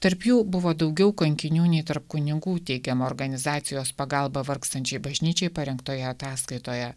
tarp jų buvo daugiau kankinių nei tarp kunigų teigiama organizacijos pagalba vargstančiai bažnyčiai parengtoje ataskaitoje